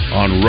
on